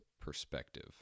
perspective